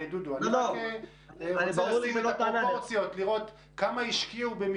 אני רק רוצה לשים בפרופורציות,